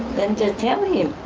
then just tell him.